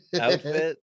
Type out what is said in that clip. outfit